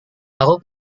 aku